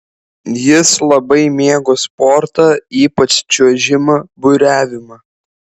jis labai mėgo sportą ypač čiuožimą buriavimą